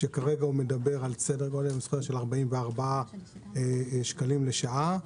שמדבר על 44 שקלים לשעה.